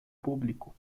público